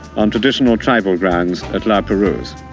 on traditional tribal grounds at la perouse.